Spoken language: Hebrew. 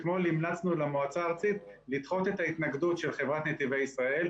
אתמול המלצנו למועצה הארצית לדחות את ההתנגדות של חברת נתיבי ישראל,